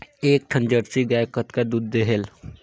एक ठन जरसी गाय कतका दूध देहेल?